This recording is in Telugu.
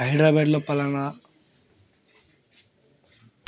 హైదరాబాదులో పలానా